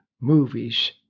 movies